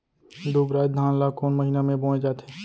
दुबराज धान ला कोन महीना में बोये जाथे?